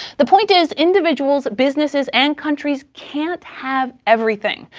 the point is, individuals, businesses, and countries can't have everything,